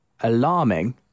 alarming